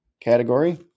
category